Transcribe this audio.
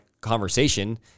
conversation